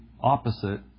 opposite